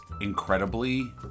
incredibly